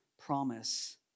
promise